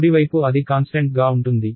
కుడివైపు అది కాన్స్టెంట్గా ఉంటుంది